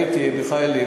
הייתי, מיכאלי.